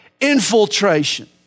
Infiltration